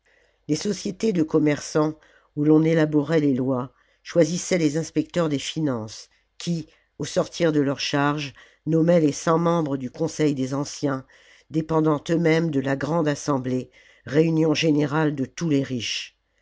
les sociétés de commerçants où l'on élaborait les lois choisissaient les inspecteurs des finances qui au sortir de leur charge nommaient les cent membres du conseil des anciens dépendant euxmêmes de la grande assemblée réunion générale de tous les riches